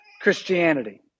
Christianity